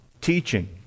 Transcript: teaching